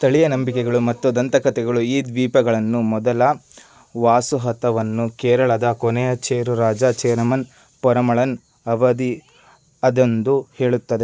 ಸ್ಥಳೀಯ ನಂಬಿಕೆಗಳು ಮತ್ತು ದಂತ ಕತೆಗಳು ಈ ದ್ವೀಪಗಳನ್ನು ಮೊದಲ ವಾಸು ಹತವನ್ನು ಕೇರಳದ ಕೊನೆಯ ಚೇರ ರಾಜ ಚೇರಮನ್ ಪರಮಳನ್ ಅವಧಿ ಅದೆಂದು ಹೇಳುತ್ತದೆ